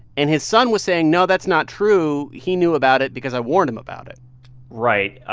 and his son was saying, no, that's not true. he knew about it because i warned him about it right.